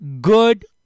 good